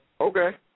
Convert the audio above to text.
Okay